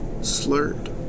slurred